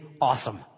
awesome